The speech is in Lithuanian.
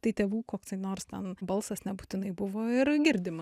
tai tėvų koksai nors ten balsas nebūtinai buvo ir girdima